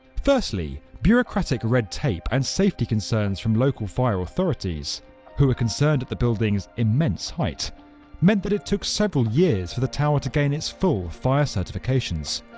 firstly, bureaucratic red tape and safety concerns from the local fire authorities who were concerned at the building's immense height meant that it took several years for the tower to gain its full fire certifications.